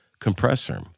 compressor